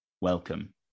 welcome